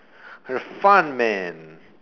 a fun man